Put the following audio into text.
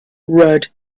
rudd